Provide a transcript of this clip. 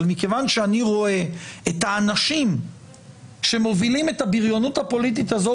אבל מכיוון שאני רואה את האנשים שמובילים את הבריונות הפוליטית הזו,